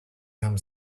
home